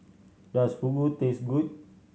does Fugu taste good